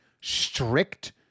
strict